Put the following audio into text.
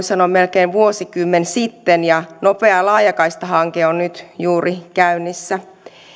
sanoa melkein vuosikymmen sitten ja nopea laajakaista hanke on nyt juuri käynnissä